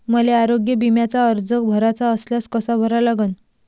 मले आरोग्य बिम्याचा अर्ज भराचा असल्यास कसा भरा लागन?